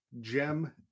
Gem